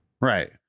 Right